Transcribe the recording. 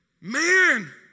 Man